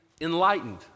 enlightened